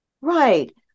Right